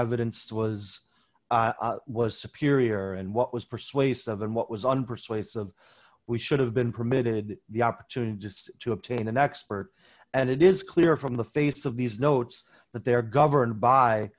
evidence was was superior and what was persuasive and what was on persuasive we should have been permitted the opportunity just to obtain an expert and it is clear from the face of these notes that they are governed by